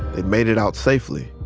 they'd made it out safely.